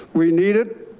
we need it.